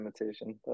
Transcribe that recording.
imitation